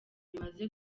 bimaze